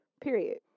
Period